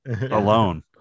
alone